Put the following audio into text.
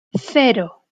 cero